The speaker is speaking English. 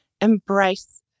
embrace